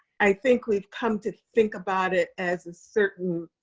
i think we've come to think about it as a certain,